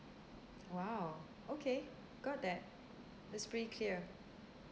!wow! okay got that that's pretty clear